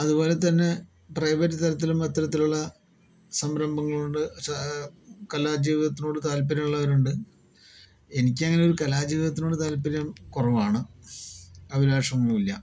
അതുപോലെതന്നെ പ്രൈവറ്റ് തലത്തിലും അത്തരത്തിലുള്ള സംരംഭങ്ങൾ ഉണ്ട് പക്ഷെ കലാ ജീവിതത്തിനോട് താൽപര്യമുള്ളവർ ഉണ്ട് എനിക്കങ്ങനെ ഒരു കലാ ജീവിതത്തിനോട് താൽപ്പര്യം കുറവാണ് അഭിലാഷം ഒന്നുമില്ല